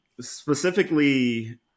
specifically